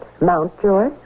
Mountjoy